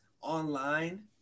online